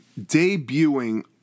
debuting